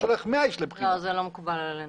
זה לא מקובל עלינו.